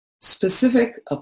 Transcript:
specific